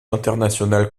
international